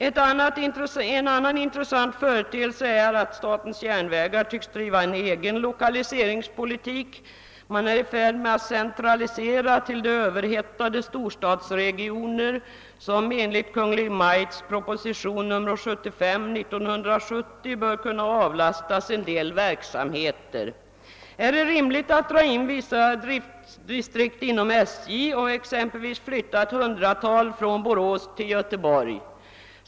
En annan intressant företeelse är att statens järnvägar tycks driva en egen lokaliseringspolitik. Man är i färd med att centralisera till de storstadsregioner som enligt propositionen 75 år 1970 bör kunna avlastas en del verksamheter. Är det rimligt att dra in vissa distrikt inom SJ och exempelvis flytta ett hundratal personer från Borås till Gö teborg?